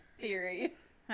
theories